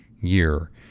year